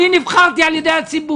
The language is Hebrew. אני נבחרתי על ידי הציבור